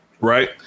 Right